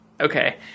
Okay